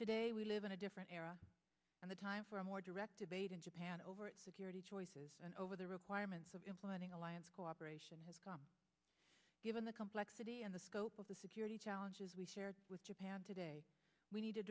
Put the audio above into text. today we live in a different era and the time for a more direct debate in japan over security choices over the requirements of implementing alliance cooperation has gone given the complexity and the scope of the security challenges we share with japan today we need